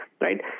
right